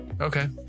Okay